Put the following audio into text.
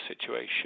situation